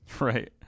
Right